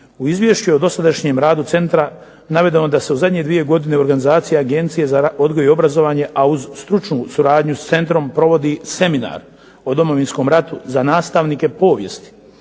U Izvješću o dosadašnjem radu centra navedeno je da se u zadnje dvije godine organizacija Agencije za odgoj i obrazovanje a uz stručnu suradnju s centrom provodi seminar o Domovinskom ratu za nastavnike povijesti